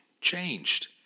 changed